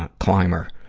ah climber.